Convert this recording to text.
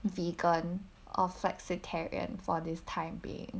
vegan or flexitarian for this time being